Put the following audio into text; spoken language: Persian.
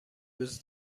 روز